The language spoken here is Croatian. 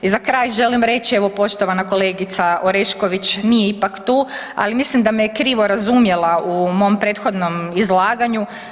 I za kraj, želim reći, evo, poštovana kolegica Orešković nije ipak tu, ali mislim da me je krivo razumjela u mom prethodnom izlaganju.